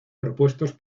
propuestos